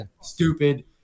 stupid